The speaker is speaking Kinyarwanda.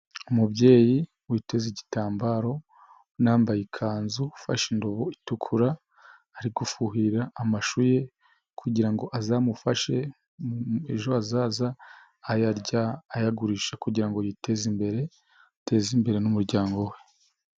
Umubyeyi witeze igitambaro, unambaye ikanzu, ufashe indobo itukura, ari gufuhira amashu ye, kugirango azamufashe ejo hazaza, ayarya, ayagurisha kugira ngo yiteze imbere, ateze imbere n'umuryango we.